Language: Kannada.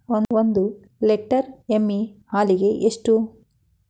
ಒಂದು ಲೇಟರ್ ಎಮ್ಮಿ ಹಾಲಿಗೆ ಎಷ್ಟು?